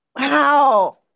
Wow